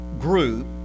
group